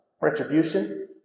retribution